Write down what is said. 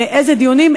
איזה דיונים,